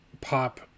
pop